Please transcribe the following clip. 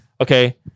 okay